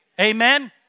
Amen